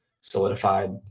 solidified